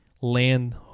land